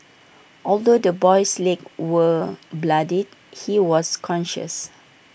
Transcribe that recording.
although the boy's legs were bloodied he was conscious